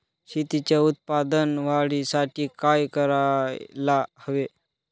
शेतीच्या उत्पादन वाढीसाठी काय करायला हवे?